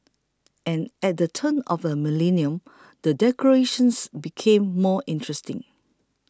and at the turn of the millennium the decorations became more interesting